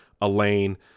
Elaine